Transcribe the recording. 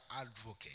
advocate